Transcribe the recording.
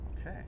Okay